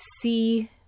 see